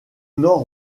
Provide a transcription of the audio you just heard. nord